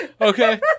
Okay